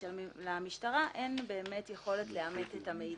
כאשר למשטרה אין באמת יכולת לאמת את המידע.